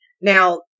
Now